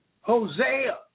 Hosea